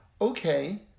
okay